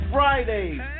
Fridays